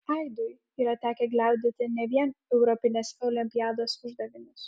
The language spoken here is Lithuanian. aidui yra tekę gliaudyti ne vien europinės olimpiados uždavinius